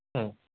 ആ